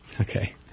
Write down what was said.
Okay